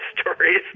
stories